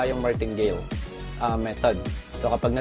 ah yeah martingale method so but and